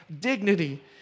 dignity